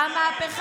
מאי,